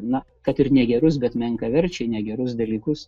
na kad ir negerus bet menkaverčiai negerus dalykus